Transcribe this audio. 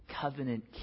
covenant